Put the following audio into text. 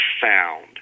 found